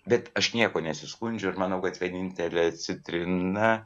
bet aš niekuo nesiskundžiu ir manau kad vienintelė citrina